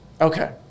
Okay